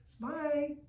Bye